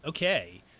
Okay